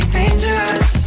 dangerous